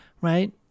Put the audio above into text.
right